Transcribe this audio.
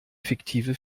fiktive